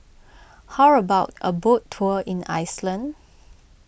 how about a boat tour in Iceland